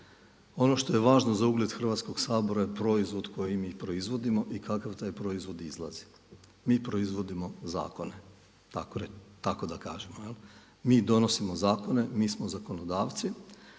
Ono što je važno za ugled Hrvatskog sabora je proizvod koji mi proizvodimo i kakav taj proizvod izlazi. Mi proizvodimo zakone tako da kažemo. Mi donosimo zakone, mi smo zakonodavci